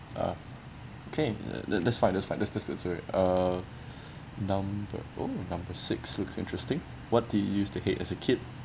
uh okay that that's fine that's fine let's just uh number oh number six looks interesting what do you use to hate as a kid